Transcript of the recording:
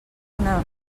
una